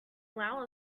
allow